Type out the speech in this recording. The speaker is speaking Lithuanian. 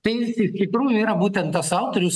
tai jis iš tikrųjų yra būtent tas autorius